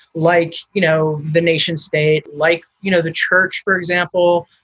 like you know the nation state, like you know the church, for example,